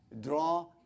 draw